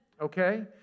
okay